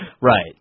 right